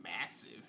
massive